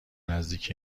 نزدیک